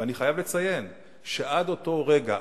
ואני חייב לציין שעד לאותו רגע,